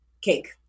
cake